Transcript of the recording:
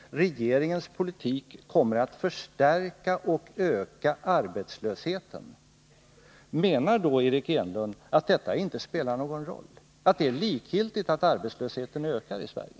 Regeringens politik kommer att förstärka och höja arbetslösheten. Menar då Eric Enlund att detta inte spelar någon roll, att det är likgiltigt om arbetslösheten ökar i Sverige?